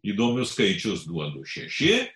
įdomius skaičius duodu šeši